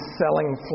selling